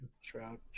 Shroud